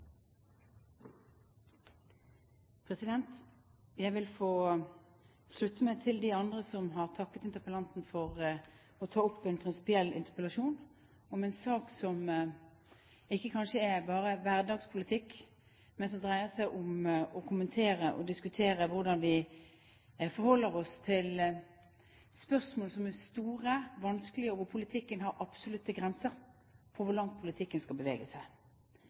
Jeg vil få slutte meg til de andre som har takket interpellanten for å ta opp en prinsipiell interpellasjon om en sak som kanskje ikke bare er hverdagspolitikk, men som dreier seg om å kommentere og diskutere hvordan vi forholder oss til spørsmål som er store og vanskelige, og hvor politikken har absolutte grenser for hvor langt politikken skal bevege seg.